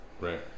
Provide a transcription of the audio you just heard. Right